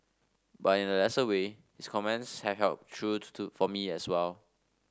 but in a lesser way his comments have held true to to for me as well